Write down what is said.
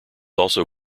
also